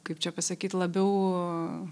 kaip čia pasakyt labiau